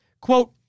Quote